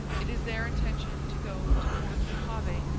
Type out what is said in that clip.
it is their intention to go to fort mojave,